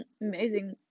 Amazing